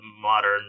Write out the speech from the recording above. modern